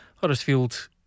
Huddersfield